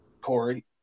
Corey